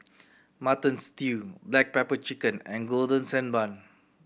Mutton Stew black pepper chicken and Golden Sand Bun